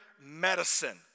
medicine